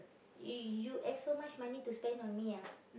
you you have so much money to spend on me ah